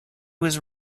was